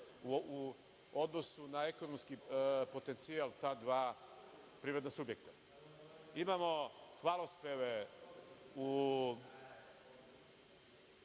u odnosu na ekonomski potencijal ta dva privredna subjekta. Imamo hvalospeve u